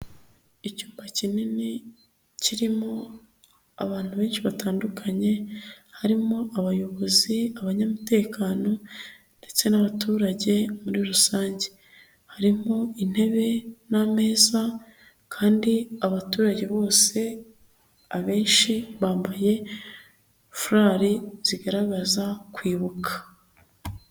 Icyumba kinini kirimo abantu benshi batandukanye, harimo abayobozi, abanyamutekano ndetse n'abaturage muri rusange, harimo intebe n'ameza kandi abaturage bose abenshi bambaye furari zigaragaza kwibuka.